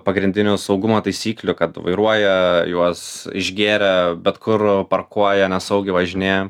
pagrindinių saugumo taisyklių kad vairuoja juos išgėrę bet kur parkuoja nesaugiai važinėja